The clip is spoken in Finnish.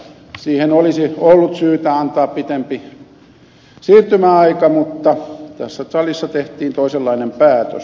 siihen olisi ollut syytä antaa pidempi siirtymäaika mutta tässä salissa tehtiin toisenlainen päätös